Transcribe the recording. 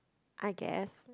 I guess